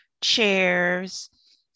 chairs